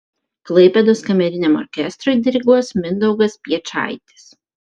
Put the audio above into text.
klaipėdos kameriniam orkestrui diriguos mindaugas piečaitis